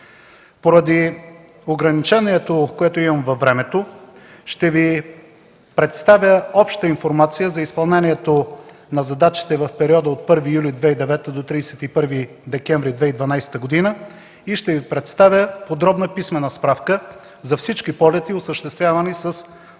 Поради ограничението, което имам във времето, ще Ви представя обща информация за изпълнението на задачите в периода от 1 юли 2009 г. до 31 декември 2012 г. и ще Ви представя подробна писмена справка за всички полети, осъществявани с транспортни